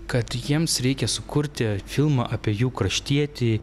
kad jiems reikia sukurti filmą apie jų kraštietį